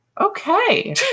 Okay